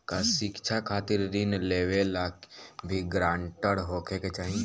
का शिक्षा खातिर ऋण लेवेला भी ग्रानटर होखे के चाही?